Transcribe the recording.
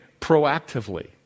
proactively